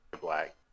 Black